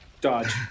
dodge